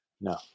No